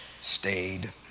stayed